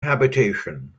habitation